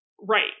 right